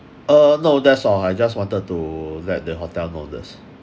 uh no that's all I just wanted to let the hotel know this